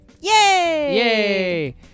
Yay